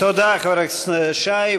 תודה, חבר הכנסת שי.